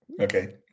Okay